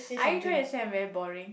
are you trying to say I'm very boring